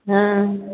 हूँ